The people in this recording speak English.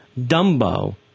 Dumbo